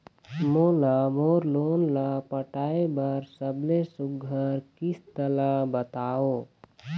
मोला मोर लोन ला पटाए बर सबले सुघ्घर किस्त ला बताव?